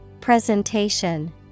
Presentation